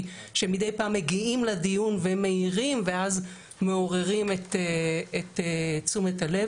שמדי פעם מגיעים לדיון ומעירים ואז מעוררים את תשומת הלב.